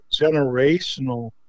generational